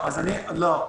לא.